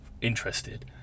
interested